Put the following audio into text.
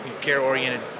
care-oriented